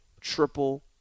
triple